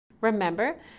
Remember